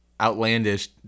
outlandish